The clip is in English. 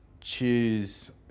choose